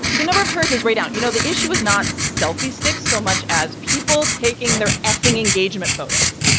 the number of tours is way down. you know, the issue is not selfie sticks so much as people taking their effing engagement photos.